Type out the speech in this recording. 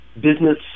business